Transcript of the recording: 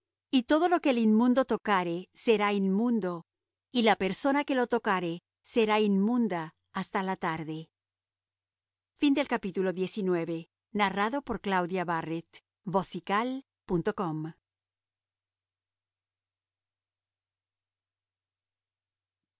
y todo lo que el inmundo tocare será inmundo y la persona que lo tocare será inmunda hasta la tarde y